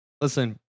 Listen